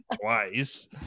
twice